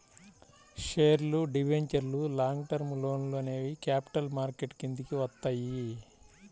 షేర్లు, డిబెంచర్లు, long term లోన్లు అనేవి క్యాపిటల్ మార్కెట్ కిందికి వత్తయ్యి